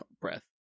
breath